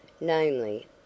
namely